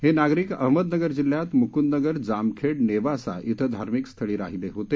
हे नागरिक अहमदनगर जिल्ह्यात मुकृदनगर जामखेड नेवासा इथ धार्मिकस्थळी राहिले होते